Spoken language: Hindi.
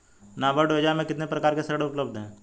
नाबार्ड योजना में कितने प्रकार के ऋण उपलब्ध हैं?